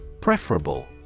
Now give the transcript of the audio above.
Preferable